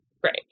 Great